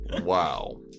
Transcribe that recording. Wow